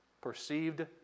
perceived